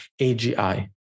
AGI